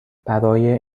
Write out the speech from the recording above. برای